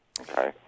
Okay